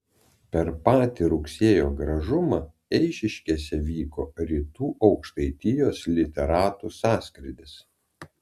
per patį rugsėjo gražumą eišiškėse įvyko rytų aukštaitijos literatų sąskrydis